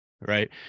right